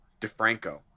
defranco